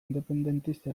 independentista